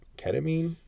ketamine